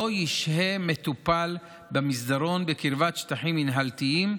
לא ישהה מטופל במסדרון בקרבת שטחים מינהלתיים,